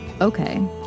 okay